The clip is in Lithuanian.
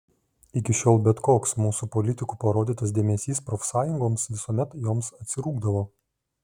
iki šiol bet koks mūsų politikų parodytas dėmesys profsąjungoms visuomet joms atsirūgdavo